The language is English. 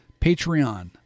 Patreon